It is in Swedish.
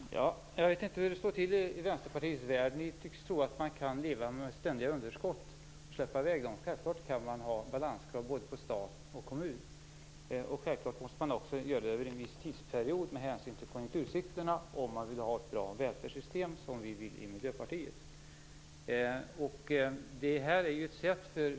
Fru talman! Jag vet inte hur det står till i Vänsterpartiets värld. Ni tycks tro att man kan leva med ständiga underskott och släppa i väg dem. Självfallet kan man ha balanskrav både på stat och på kommun. Självfallet måste man ha det också över en viss tidsperiod, med hänsyn till konjunkturcyklerna, om man vill ha ett bra välfärdssystem, som vi i Miljöpartiet vill.